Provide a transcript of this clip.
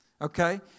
Okay